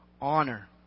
honor